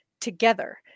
together